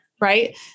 right